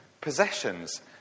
possessions